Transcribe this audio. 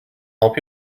help